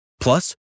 Plus